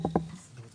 אישור